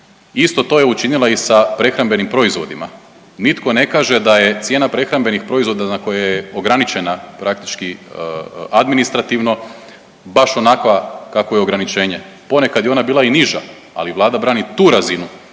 Isto to je učinila i sa prehrambenim proizvodima, nitko ne kaže da je cijena prehrambenih proizvoda na koje je ograničena praktički administrativno baš onakva kakvo je ograničenje, ponekad je ona bila i niža, ali Vlada brani tu razinu.